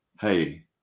hey